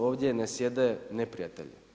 Ovdje ne sjede neprijatelji.